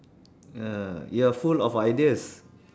ah you are full of ideas